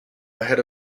head